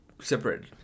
separate